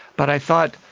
but i thought,